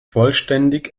vollständig